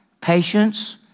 Patience